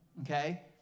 okay